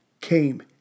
came